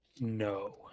No